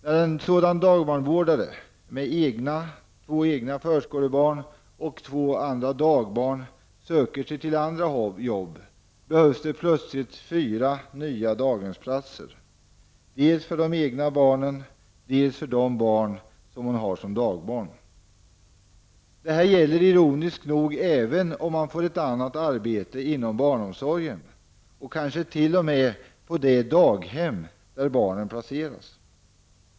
När en dagbarnvårdare med två egna förskolebarn och två andra dagbarn söker sig till annat jobb, behövs plötsligt fyra nya daghemsplatser dels för de egna barnen, dels för dem som man har som dagbarn. Det gäller ironiskt nog även om man får ett annat arbete inom barnomsorgen och kanske t.o.m. på det daghem där barnen placeras.